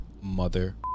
mother